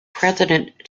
president